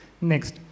Next